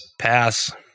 Pass